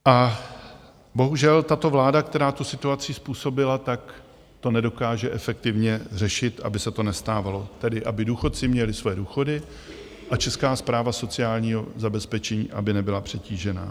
A bohužel tato vláda, která tu situaci způsobila, tak to nedokáže efektivně řešit, aby se to nestávalo, tedy aby důchodci měli svoje důchody a Česká správa sociálního zabezpečení, aby nebyla přetížená.